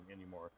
anymore